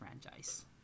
franchise